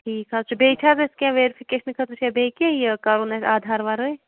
ٹھیٖک حظ چھُ یہٕ بیٚیہِ چھُ حظ اسہِ کیٚنٛہہ ویرفِکیشنہٕ خٲطرٕ چھَ بیٚیہِ کینٛہہ یہِ کَرُن اسہِ آدھار وَرٲے